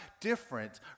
different